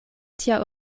tia